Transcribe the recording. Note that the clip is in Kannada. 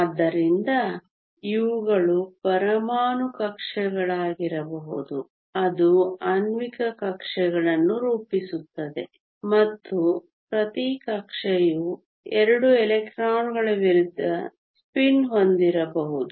ಆದ್ದರಿಂದ ಇವುಗಳು ಪರಮಾಣು ಕಕ್ಷೆಗಳಾಗಿರಬಹುದು ಅದು ಆಣ್ವಿಕ ಕಕ್ಷೆಗಳನ್ನು ರೂಪಿಸುತ್ತದೆ ಮತ್ತು ಪ್ರತಿ ಕಕ್ಷೆಯು 2 ಎಲೆಕ್ಟ್ರಾನ್ಗಳ ವಿರುದ್ಧ ಸ್ಪಿನ್ ಹೊಂದಿರಬಹುದು